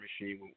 Machine